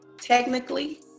technically